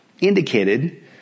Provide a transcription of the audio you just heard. indicated